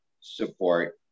support